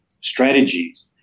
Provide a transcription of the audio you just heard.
strategies